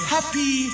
Happy